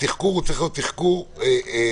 התחקור צריך להיות תחקור בונה,